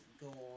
go